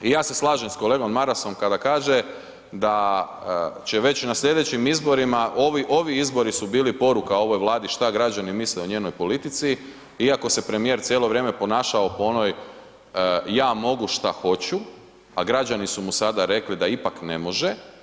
I ja se slažem s kolegom Marasom, kada kaže da će već na sljedećim izborima, ovi izbori su bili poruka ovoj Vladi što građani misle o njenoj politici iako se premijer cijelo vrijeme ponašao po onoj ja mogu što hoću, a građani su mu sada rekli da ipak ne može.